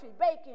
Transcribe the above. baking